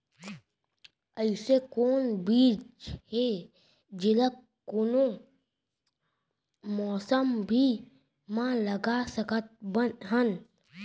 अइसे कौन बीज हे, जेला कोनो मौसम भी मा लगा सकत हन?